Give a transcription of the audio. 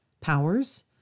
powers